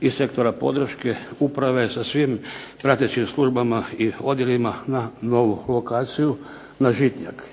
i sektora podrške, uprave sa svim pratećim službama i odjelima na novu lokaciju na Žitnjak.